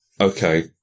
Okay